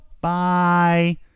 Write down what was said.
Bye